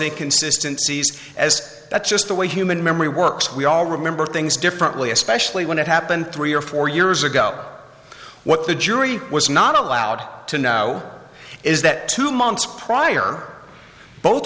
a consistencies as that's just the way human memory works we all remember things differently especially when it happened three or four years ago what the jury was not allowed to know is that two months prior both